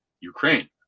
Ukraine